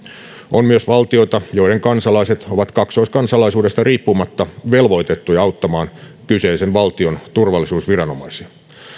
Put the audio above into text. on myös valtioita joiden kansalaiset ovat kaksoiskansalaisuudesta riippumatta velvoitettuja auttamaan kyseisen valtion turvallisuusviranomaisia